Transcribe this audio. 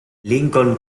lincoln